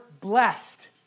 blessed